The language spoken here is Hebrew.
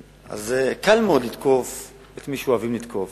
קל מאוד לתקוף את מי שאוהבים לתקוף,